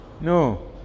No